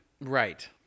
Right